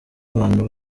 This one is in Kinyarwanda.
abantu